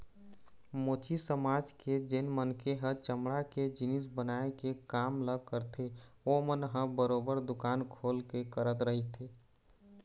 मोची समाज के जेन मनखे ह चमड़ा के जिनिस बनाए के काम ल करथे ओमन ह बरोबर दुकान खोल के करत रहिथे